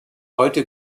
heute